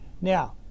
Now